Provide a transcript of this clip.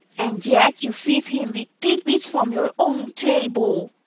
and yet you feed him with tit-bits from your own table.